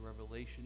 revelation